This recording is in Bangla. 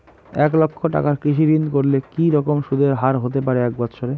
এক লক্ষ টাকার কৃষি ঋণ করলে কি রকম সুদের হারহতে পারে এক বৎসরে?